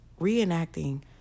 reenacting